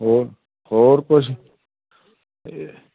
ਹੋਰ ਹੋਰ ਕੁਛ ਅਤੇ